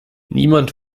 niemand